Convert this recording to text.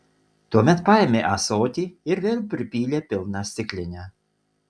tuomet paėmė ąsotį ir vėl pripylė pilną stiklinę